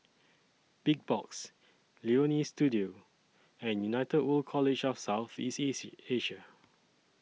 Big Box Leonie Studio and United World College of South East Asia